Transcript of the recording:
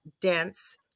dense